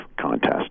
contest